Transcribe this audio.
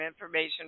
information